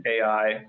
AI